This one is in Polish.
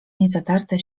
niezatarte